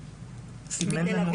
הגאה סימן לנו.